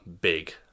big